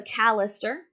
McAllister